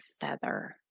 feather